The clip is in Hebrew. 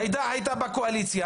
ג'ידא הייתה בקואליציה